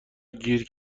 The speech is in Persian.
گیر